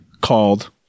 called